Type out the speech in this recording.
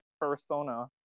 persona